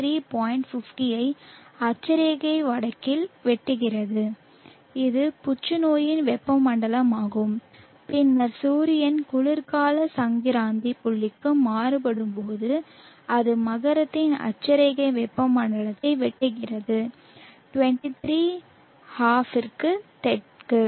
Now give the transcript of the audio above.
50 ஐ அட்சரேகை வடக்கில் வெட்டுகிறது இது புற்றுநோயின் வெப்பமண்டலமாகும் பின்னர் சூரியன் குளிர்கால சங்கிராந்தி புள்ளிக்கு மாறும்போது அது மகரத்தின் அட்சரேகை வெப்பமண்டலத்தை வெட்டுகிறது 23 ½0 தெற்கு